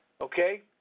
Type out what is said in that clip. Okay